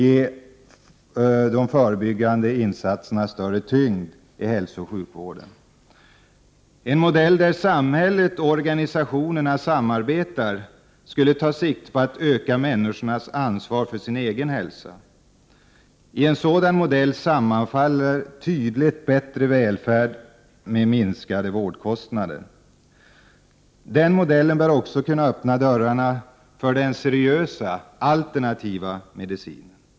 Dessa skall ges större tyngd i hälsooch sjukvården. En modell där samhället och organisationerna samarbetar skulle ta sikte på att öka människornas ansvar för sin egen hälsa. I en sådan modell sammanfaller tydligt bättre välfärd med minskade vårdkostnader. Den modellen bör kunna öppna dörrarna för den seriösa alternativa medicinen.